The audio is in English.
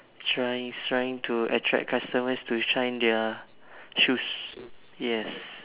trying is trying to attract customers to shine their shoes yes